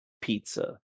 pizza